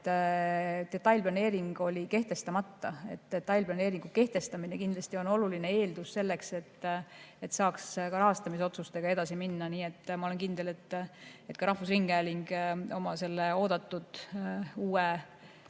et detailplaneering on kehtestamata. Detailplaneeringu kehtestamine kindlasti on oluline eeldus selleks, et saaks ka rahastamisotsustega edasi minna. Ma olen kindel, et ka rahvusringhääling oma oodatud uue